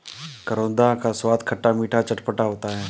करौंदा का स्वाद खट्टा मीठा चटपटा होता है